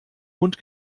mund